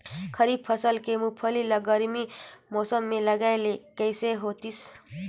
खरीफ फसल के मुंगफली ला गरमी मौसम मे लगाय ले कइसे होतिस?